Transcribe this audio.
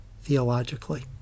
theologically